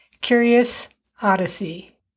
curious-odyssey